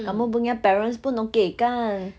kamu punya parents pun okay kan